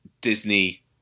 Disney